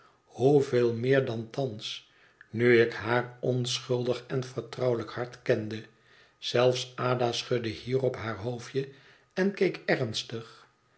hoeveel meer dan thans nu ik haar onschuldig en vertrouwelijk hart kende zelfs ada schudde hierop haar hoofdje en keek ernstig